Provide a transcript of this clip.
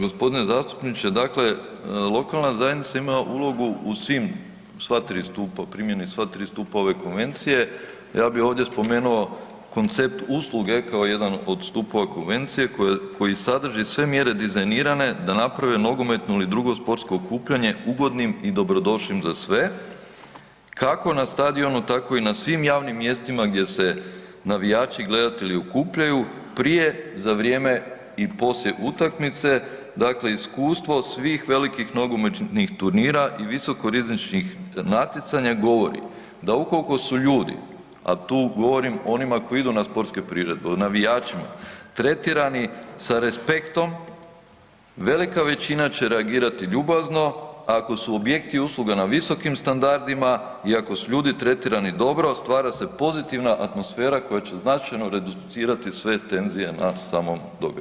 G. zastupniče, dakle lokalna zajednica ima ulogu u svim, sva tri stupa, u primjeni sva tri stupa ove konvencije, ja bi ovdje spomenuo koncept usluge kao jedan od stupova konvencije koji sadrži sve mjere dizajnirane da napravi nogometnu ili drugu sportsko okupljanje ugodnim i dobrodošlim za sve kako na stadionu, tako i na svim javnim mjestima gdje se navijači i gledatelji okupljaju, prije, za vrijeme i poslije utakmice, dakle iskustvo svih velikih nogometnih turnira i visokorizičnih natjecanja govori da ukoliko su ljudi a tu govorim o onima koji idu na sportske priredbe, o navijačima, tretirani sa respektom, velika većina će reagirati ljubazno, ako su objekti i usluga na visokim standardima i ako su ljudi tretirani dobro, stvara se pozitivna atmosfera koja će značajno reducirati sve tenzije na samom događaju.